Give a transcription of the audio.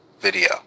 video